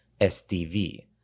SDV